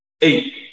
Eight